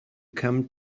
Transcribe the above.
come